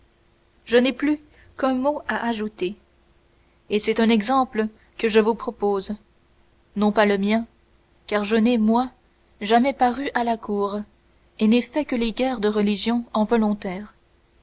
je n'ai plus qu'un mot à ajouter et c'est un exemple que je vous propose non pas le mien car je n'ai moi jamais paru à la cour et n'ai fait que les guerres de religion